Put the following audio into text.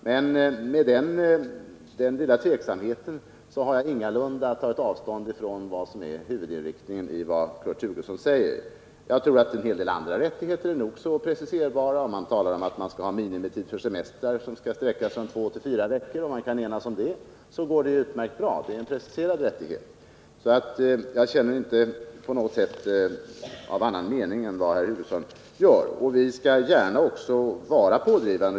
Men med den lilla tveksamheten har jag ingalunda tagit avstånd från vad som är huvudinriktningen i vad Kurt Hugosson säger. Jag tror att det finns en hel del andra rättigheter som är nog så preciserbara. Om man kan ena sig om att utsträcka minimitiden för semestrar från två till fyra veckor, går det utmärkt bra. Det är en preciserad rättighet. Jag är därför inte på något sätt av annan mening än Kurt Hugosson. Vi skall gärna också vara pådrivande.